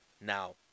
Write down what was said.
Now